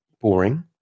boring